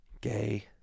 Gay